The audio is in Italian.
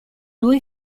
due